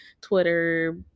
Twitter